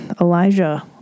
Elijah